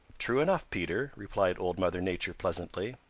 true enough, peter, replied old mother nature pleasantly.